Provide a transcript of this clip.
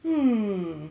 mm